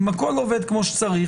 אם הכול עובד כמו שצריך,